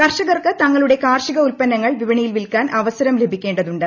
കർഷ കർക്ക് തങ്ങളുടെ കാർഷിക ഉൾപന്നങ്ങൾ വിപണിയിൽ വിൽക്കാൻ അവസരം ലഭിക്കേണ്ടതുണ്ട്